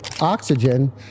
Oxygen